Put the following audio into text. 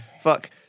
Fuck